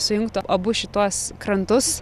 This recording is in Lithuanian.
sujungtų abu šituos krantus